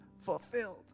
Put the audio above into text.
fulfilled